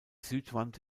südwand